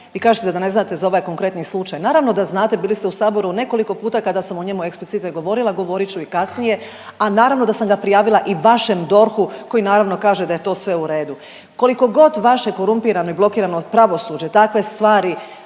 Vi kažete da ne znate za ovaj konkretni slučaj, naravno da znate, bili ste u saboru nekoliko puta kada sam o njemu eksplicite govorila. Govorit ću i kasnije, a naravno da sam ga prijavila i vašem DORH-u koji naravno kaže da je to sve u redu. Koliko god vaše korumpirano i blokirano pravosuđe takve stvari